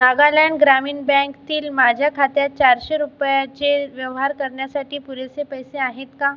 नागालँड ग्रामीण बँकतील माझ्या खात्यात चारशे रुपयाचे व्यवहार करण्यासाठी पुरेसे पैसे आहेत का